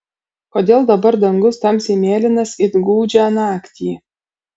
kodėl dabar dangus tamsiai mėlynas it gūdžią naktį